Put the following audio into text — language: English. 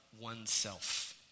oneself